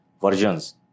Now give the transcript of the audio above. versions